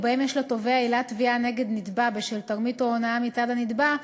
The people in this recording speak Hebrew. שבהם יש לתובע עילת תביעה נגד נתבע בשל תרמית או הונאה מצד הנתבע,